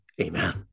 Amen